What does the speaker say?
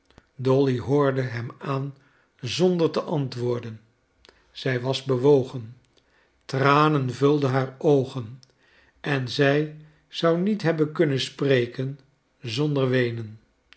dolly hoorde hem aan zonder te antwoorden zij was bewogen tranen vulden haar oogen en zij zou niet hebben kunnen spreken zonder te weenen